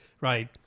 right